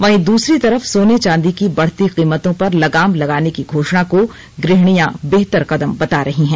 वहीं दूसरी तरफ सोने चांदी की बढ़ती कीमतों पर लगाम लगाने की घोषणा को गृहणियां बेहतर कदम बता रही है